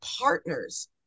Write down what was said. partners